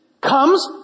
comes